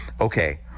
okay